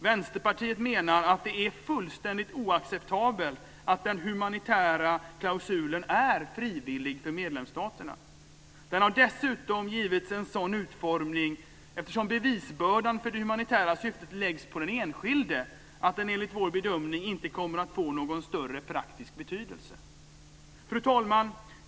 Vänsterpartiet menar att det är fullständigt oacceptabelt att den humanitära klausulen är frivillig för medlemsstaterna. Den har dessutom givits en sådan utformning, eftersom bevisbördan för det humanitära syftet läggs på den enskilde, att den enligt vår bedömning inte kommer att få någon större praktisk betydelse. Fru talman!